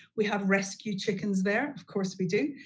we have rescue chicken theres, of course we do.